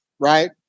Right